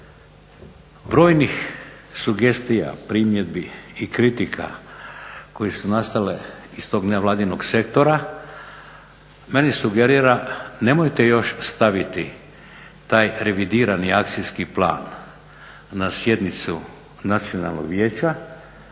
brojnih sugestija, primjedbi i kritika koje su nastale iz tog nevladinog sektora meni sugerira nemojte još staviti taj revidirani akcijski plan na sjednicu Nacionalnog vijeća